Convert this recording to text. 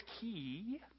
key